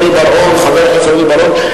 חבר הכנסת רוני בר-און,